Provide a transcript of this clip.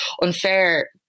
unfair